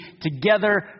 together